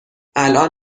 الان